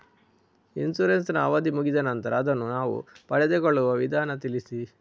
Insurance ನ ಅವಧಿ ಮುಗಿದ ನಂತರ ಅದನ್ನು ನಾವು ಪಡೆದುಕೊಳ್ಳುವ ವಿಧಾನ ತಿಳಿಸಿ?